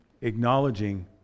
acknowledging